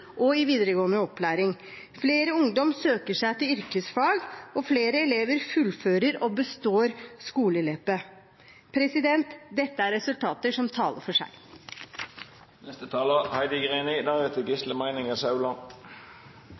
og i videregående opplæring. Flere ungdom søker seg til yrkesfag, og flere elever fullfører og består skoleløpet. Dette er resultater som taler for seg.